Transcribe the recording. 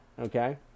okay